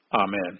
Amen